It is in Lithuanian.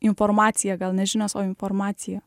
informacija gal nežinios o informacija